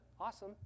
awesome